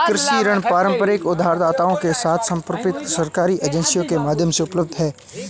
कृषि ऋण पारंपरिक उधारदाताओं के साथ समर्पित सरकारी एजेंसियों के माध्यम से उपलब्ध हैं